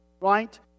right